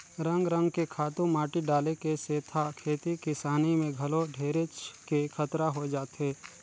रंग रंग के खातू माटी डाले के सेथा खेती किसानी में घलो ढेरेच के खतरा होय जाथे